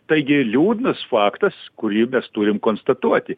taigi liūdnas faktas kurį mes turim konstatuoti